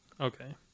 okay